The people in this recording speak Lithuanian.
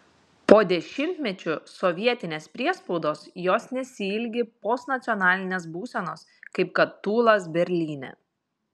po dešimtmečių sovietinės priespaudos jos nesiilgi postnacionalinės būsenos kaip kad tūlas berlyne